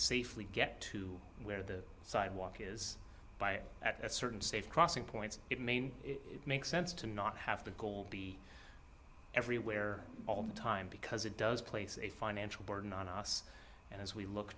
safely get to where the sidewalk is by at a certain stage crossing points it may make sense to not have to be everywhere all the time because it does place a financial burden on us and as we look